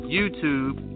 YouTube